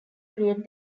create